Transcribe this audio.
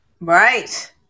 Right